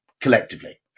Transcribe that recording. collectively